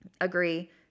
agree